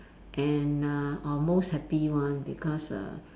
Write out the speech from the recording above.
and uh or most happy one because uh